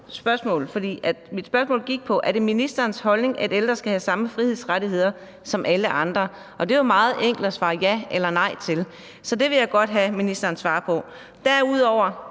mit spørgsmål lød: Er det ministerens holdning, at ældre skal have samme frihedsrettigheder som alle andre? Det er jo meget enkelt at svare ja eller nej til det. Så det vil jeg godt have ministeren svarer på.